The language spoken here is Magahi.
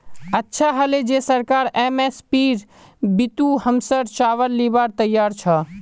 अच्छा हले जे सरकार एम.एस.पीर बितु हमसर चावल लीबार तैयार छ